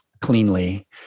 cleanly